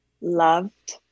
loved